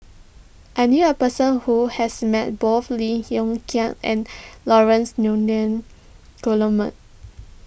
I knew a person who has met both Lim Hng Kiang and Laurence Nunns Guillemard